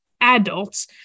adults